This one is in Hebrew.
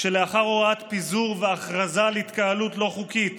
כשלאחר הוראת פיזור והכרזה על התקהלות לא חוקית